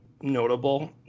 notable